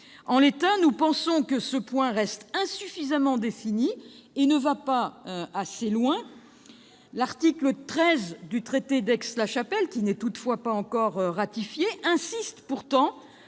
En l'état, nous pensons que ce point reste insuffisamment défini et que le texte ne va pas assez loin. À l'article 13 du traité d'Aix-la-Chapelle, qui n'est certes pas encore ratifié, est pourtant